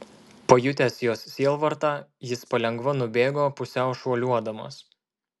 pajutęs jos sielvartą jis palengva nubėgo pusiau šuoliuodamas